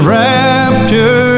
rapture